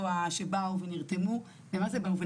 נמצא איתנו כבר מהשעה 13:00 מנכ"ל ער"ן דוד קורן ואפילו לא